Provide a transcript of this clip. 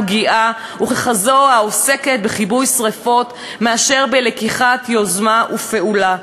פגיעה וכזאת העוסקת בכיבוי שרפות יותר מאשר בלקיחת יוזמה ופעולה.